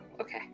okay